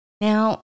Now